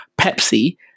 pepsi